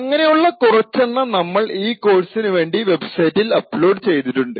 അങ്ങനെ ഉള്ള കുറച്ചെണ്ണം നമ്മൾ ഈ കോഴ്സിന് വേണ്ടി വെബ്സൈറ്റിൽ അപ്ലോഡ് ചെയ്തിട്ടുണ്ട്